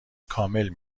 کامل